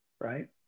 right